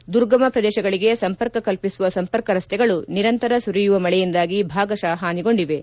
ದುರ್ಗಮ ಪ್ರದೇಶಗಳಿಗೆ ಸಂಪರ್ಕ ಕಲ್ಪಿಸುವ ಸಂಪರ್ಕ ರಸ್ತೆಗಳು ನಿರಂತರ ಸುರಿಯುವ ಮಳೆಯಿಂದಾಗಿ ಭಾಗಶಃ ಹಾನಿಗೊಂಡಿವೆ